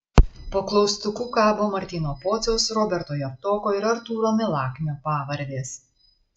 po klaustuku kabo martyno pociaus roberto javtoko ir artūro milaknio pavardės